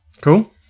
cool